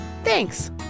Thanks